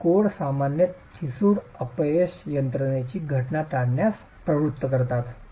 आणि कोड सामान्यत ठिसूळ अपयश यंत्रणेची घटना टाळण्यास प्रवृत्त करतात